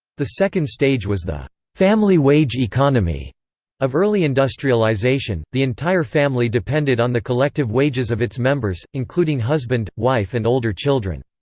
the second stage was the family wage economy of early industrialization, the entire family depended on the collective wages of its members, including husband, wife and older children.